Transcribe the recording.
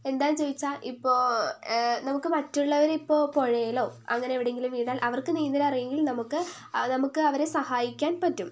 എന്താണെന്ന് ചോദിച്ചാൽ ഇപ്പോൾ നമുക്ക് മറ്റുള്ളവരെ ഇപ്പോൾ പുഴയിലോ അങ്ങനെ എവിടെയെങ്കിലും വീണാൽ അവർക്ക് നീന്തൽ അറിയുമെങ്കിൽ നമുക്ക് നമുക്ക് അവരെ സഹായിക്കാൻ പറ്റും